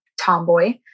tomboy